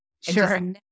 Sure